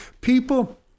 People